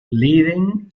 leading